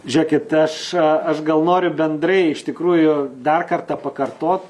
žiūrėkit aš aš gal noriu bendrai iš tikrųjų dar kartą pakartot